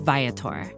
Viator